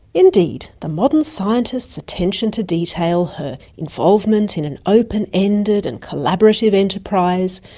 indeed, the modern scientist's attention to detail, her involvement in an open ended and collaborative enterprise,